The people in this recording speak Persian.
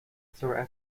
سرعت